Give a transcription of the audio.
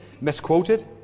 misquoted